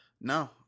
no